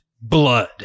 Blood